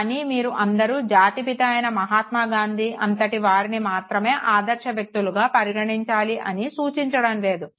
కానీ మీరు అందరూ జాతిపిత అయిన మాహాత్మ గాంధి అంతటి వారిని మాత్రమే ఆదర్శ వ్యతులుగా పరిగణించాలి అని సూచించడం లేదు